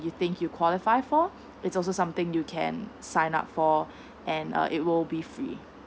you qualify for it's also something you can sign up for and uh it will be free